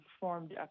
formed